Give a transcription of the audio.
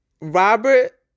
Robert